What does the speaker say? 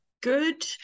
good